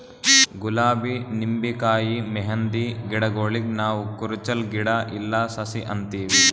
ಗುಲಾಬಿ ನಿಂಬಿಕಾಯಿ ಮೆಹಂದಿ ಗಿಡಗೂಳಿಗ್ ನಾವ್ ಕುರುಚಲ್ ಗಿಡಾ ಇಲ್ಲಾ ಸಸಿ ಅಂತೀವಿ